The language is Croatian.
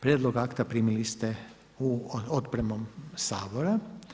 Prijedlog akta primili ste otpremom Sabora.